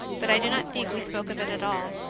but i do not think we spoke of it at all.